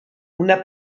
una